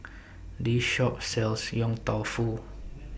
This Shop sells Yong Tau Foo